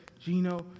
Gino